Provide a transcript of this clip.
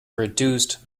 reduced